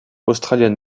australienne